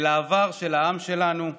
אל העבר של העם שלנו,